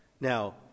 Now